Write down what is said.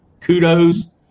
Kudos